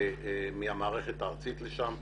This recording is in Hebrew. מהמערכת הארצית לשם.